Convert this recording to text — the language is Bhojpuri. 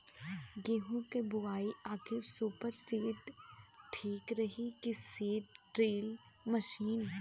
गेहूँ की बोआई खातिर सुपर सीडर ठीक रही की सीड ड्रिल मशीन?